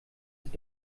ist